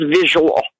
visual